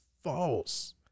false